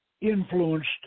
influenced